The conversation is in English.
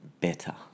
better